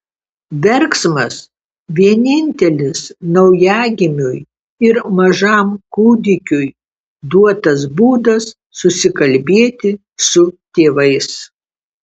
verksmas vienintelis naujagimiui ir mažam kūdikiui duotas būdas susikalbėti su tėvais